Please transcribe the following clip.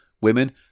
Women